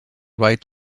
right